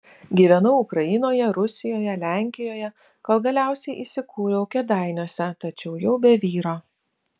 gyvenau ukrainoje rusijoje lenkijoje kol galiausiai įsikūriau kėdainiuose tačiau jau be vyro